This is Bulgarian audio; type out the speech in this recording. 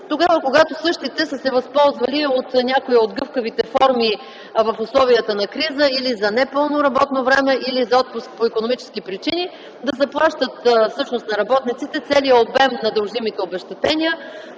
тогава, когато същите са се възползвали от някои от гъвкавите форми в условията на криза или за непълно работно време, или за отпуск по икономически причини да заплащат всъщност на работниците целият обем на дължимите обезщетения,